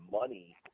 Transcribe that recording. money